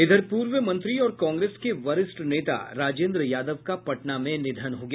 इधर पूर्व मंत्री और कांग्रेस के वरिष्ठ नेता राजेन्द्र यादव का पटना में निधन हो गया